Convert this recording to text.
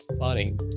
funny